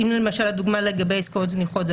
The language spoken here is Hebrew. למשל הדוגמה לגבי עסקאות זניחות,